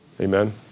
Amen